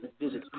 visit